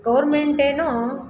ಗೌರ್ಮೆಂಟೆನೋ